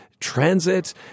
transit